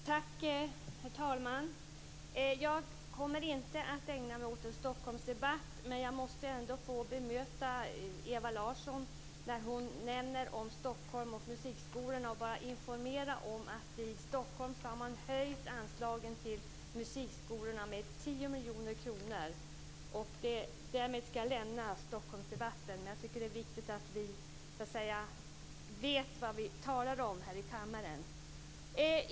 Herr talman! Jag kommer inte att ägna mig åt en Stockholmsdebatt, men jag måste få bemöta Ewa Larsson, eftersom hon nämner Stockholm och musikskolorna. Jag vill bara informera om att man i Stockholm har höjt anslagen till musikskolorna med 10 miljoner kronor. Därmed ska jag lämna Stockholmsdebatten. Jag tycker att det är viktigt att vi vet vad vi talar om här i kammaren.